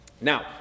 Now